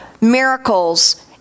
miracles